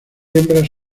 hembras